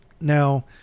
Now